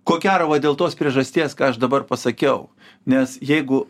ko gero va dėl tos priežasties ką aš dabar pasakiau nes jeigu